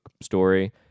story